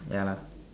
ya lah